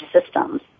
systems